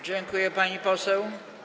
Dziękuję, pani poseł.